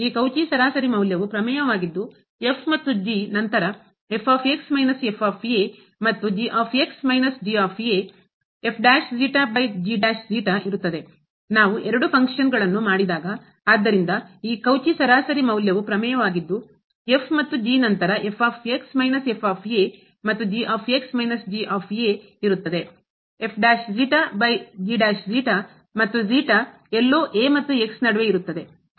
ಈ ಕೌಚಿ ಸರಾಸರಿ ಮೌಲ್ಯವು ಪ್ರಮೇಯವಾಗಿದ್ದು f ಮತ್ತು ನಂತರ ಮತ್ತು ಇರುತ್ತದೆ ನಾವು ಎರಡು ಫಂಕ್ಷನ್ ಕಾರ್ಯಗಳನ್ನು ಮಾಡಿದಾಗ ಆದ್ದರಿಂದ ಈ ಕೌಚಿ ಸರಾಸರಿ ಮೌಲ್ಯವು ಪ್ರಮೇಯವಾಗಿದ್ದು f ಮತ್ತು ನಂತರ ಮತ್ತು ಇರುತ್ತದೆ ಮತ್ತು ಎಲ್ಲೋ ಮತ್ತು ನಡುವೆ ಇರುತ್ತದೆ